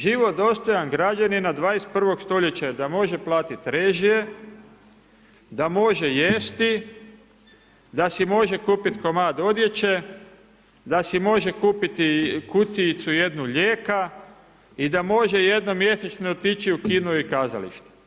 Život dostojan građanina 21. stoljeća je da može platiti režije, da može jesti, da si može kupiti komad odjeće, da si može kupiti kutijicu jednu lijeka i da može jednom mjesečno otići u kino i kazalište.